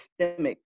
systemic